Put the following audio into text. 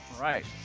right